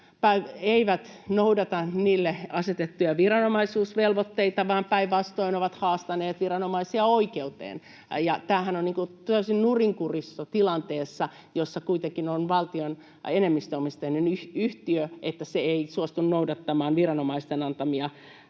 eivät noudata niille asetettuja viranomaisvelvoitteita vaan päinvastoin ovat haastaneet viranomaisia oikeuteen. Tämähän on täysin nurinkurinen tilanne, kun kuitenkin on valtion enemmistöomisteinen yhtiö, että se ei suostu noudattamaan viranomaisten antamia